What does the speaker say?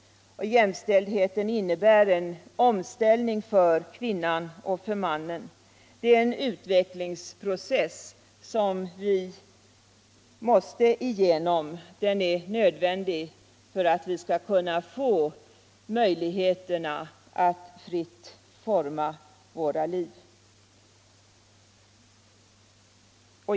Jämställdhet innebär en omställning för kvinnan och för mannen — det är en utvecklingsprocess som vi måste igenom. Den är nödvändig för att vi skall kunna få möjlighet att fritt forma våra liv.